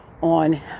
on